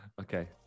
okay